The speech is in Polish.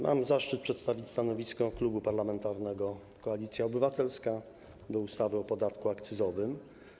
Mam zaszczyt przedstawić stanowisko Klubu Parlamentarnego Koalicja Obywatelska wobec ustawy o podatku akcyzowym.